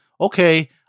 Okay